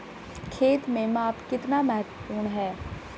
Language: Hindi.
खेत में माप कितना महत्वपूर्ण है?